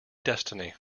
destiny